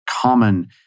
common